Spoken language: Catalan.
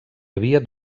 havia